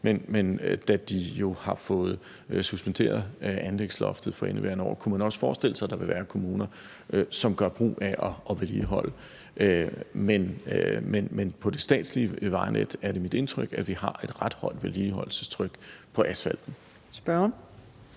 men da de jo har fået suspenderet anlægsloftet for indeværende år, kunne man også forestille sig, at der ville være kommuner, som gør brug af at vedligeholde. Men hvad angår det statslige vejnet, er det mit indtryk, at vi har en ret høj vedligeholdelsesstandard for asfalten. Kl.